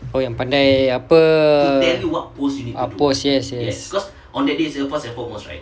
oh ya pandai apa apa pose yes yes